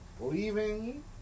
leaving